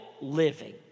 living